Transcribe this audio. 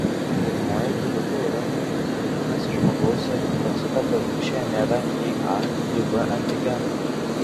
pirmoji grupė yra nulis vadinasi žmogaus eritrocito paviršiuje nėra nei a nei b antigeno